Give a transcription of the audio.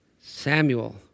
Samuel